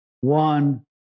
one